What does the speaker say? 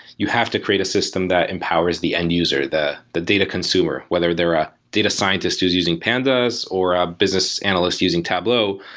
you have to create a system that empowers the end-users, the the data consumer. whether they're a data scientist who's using pandas or a business analyst using tableau,